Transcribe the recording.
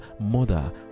mother